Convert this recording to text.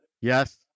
Yes